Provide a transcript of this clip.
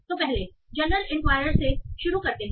तो पहले general enquirer से शुरू करते हैं